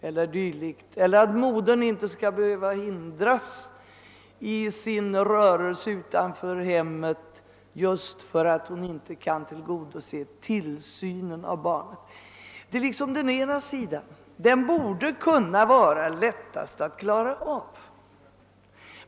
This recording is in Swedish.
Modern skall inte heller behöva hindras att röra sig utanför hemmet därför att hon då inte kan tillgodose tillsynen av barnet. Denna sida torde vara den lättaste att klara av.